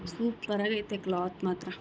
ಸೂಪರಾಗೈತೆ cloth ಮಾತ್ರ